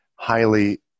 highly